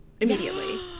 immediately